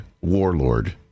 warlord